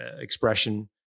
expression